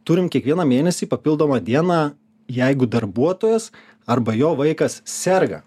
turim kiekvieną mėnesį papildomą dieną jeigu darbuotojas arba jo vaikas serga